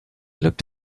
looked